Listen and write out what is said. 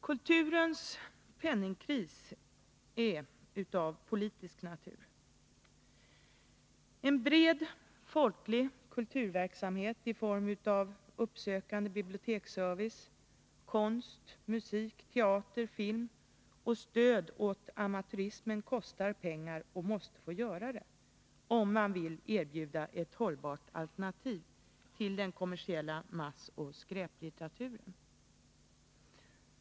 Kulturens penningkris är av politisk natur. En bred folklig kulturverksamhet i form av uppsökande biblioteksservice, konst, musik, teater, film och stöd åt amatörismen kostar pengar och måste få göra det, om man vill erbjuda ett hållbart alternativ till den kommersiella massoch skräpkulturen.